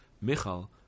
Michal